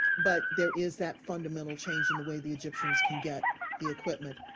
but there is that fundamental change in the way the egyptians can get the equipment.